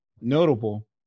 notable